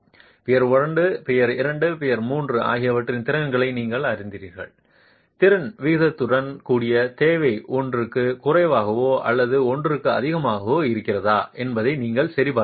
pier 1 pier 2 மற்றும் pier 3 ஆகியவற்றின் திறன்களை நீங்கள் அறிவீர்கள் திறன் விகிதத்துடன் கூடிய தேவை 1 க்கும் குறைவாகவோ அல்லது 1 க்கும் அதிகமாகவோ இருக்கிறதா என்பதை நீங்கள் சரிபார்க்க முடியும்